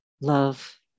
love